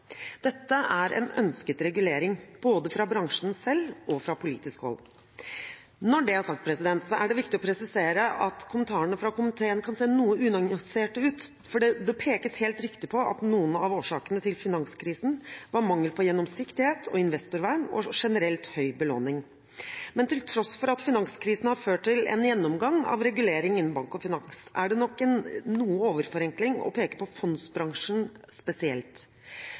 Dette er en ønsket regulering, både fra bransjen selv og fra politisk hold. Når det er sagt, er det viktig å presisere at kommentarene fra komiteen kan se noe unyanserte ut, for det pekes helt riktig på at noen av årsakene til finanskrisen var mangel på gjennomsiktighet og investorvern og generelt høy belåning. Men til tross for at finanskrisen har ført til en gjennomgang av regulering innen bank og finans, er det nok en overforenkling å peke på fondsbransjen spesielt.